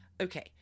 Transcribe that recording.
Okay